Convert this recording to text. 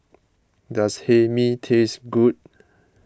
does Hae Mee taste good